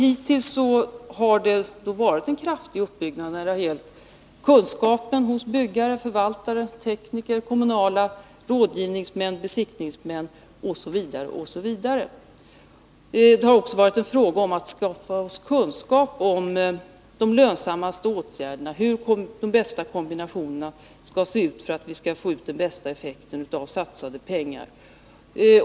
Hittills har det varit en kraftig uppbyggnad av kunskaperna hos byggare, förvaltare, tekniker, kommunala rådgivningsmän, besiktningsmän osv. Det har också varit en fråga om att skaffa oss kunskap om de lönsammaste åtgärderna, hur de bästa kombinationerna skall se ut för att vi skall få ut den bästa effekten av satsade pengar.